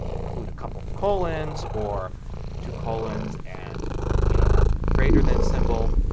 include a couple of colons or two colons and a greater than symbol.